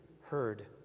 heard